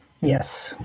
Yes